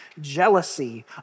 jealousy